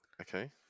okay